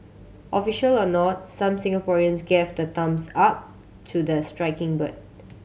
official or not some Singaporeans gave the thumbs up to the striking bird